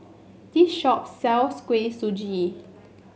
this shop sells Kuih Suji